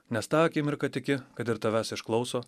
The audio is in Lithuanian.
nes tą akimirką tiki kad ir tavęs išklauso